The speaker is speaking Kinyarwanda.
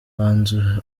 banza